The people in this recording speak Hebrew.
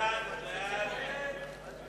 חוק הפחתת הגירעון והגבלת